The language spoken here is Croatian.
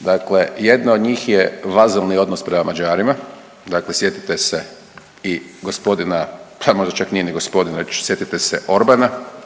Dakle, jedna od njih je vazalni odnos prema Mađarima. Dakle, sjetite se i gospodina, a možda čak i nije ni gospodin, već sjetite se Orbana